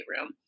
room